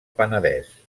penedès